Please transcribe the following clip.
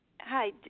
Hi